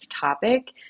topic